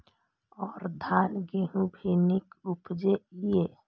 और धान गेहूँ भी निक उपजे ईय?